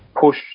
push